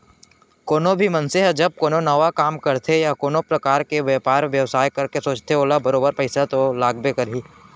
कोनो भी मनसे ह जब कोनो नवा काम करथे या कोनो परकार के बयपार बेवसाय करे के सोचथे त ओला बरोबर पइसा तो लागबे करही